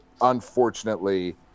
unfortunately